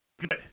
good